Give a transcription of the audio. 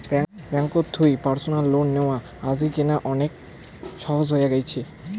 ব্যাঙ্ককোত থুই personal loan লেয়া আজিকেনা অনেক সহজ হই গ্যাছে